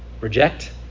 reject